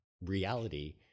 reality